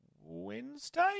Wednesday